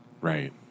Right